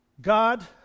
God